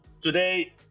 today